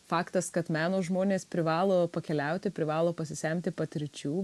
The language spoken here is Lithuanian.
faktas kad meno žmonės privalo pakeliauti privalo pasisemti patirčių